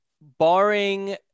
barring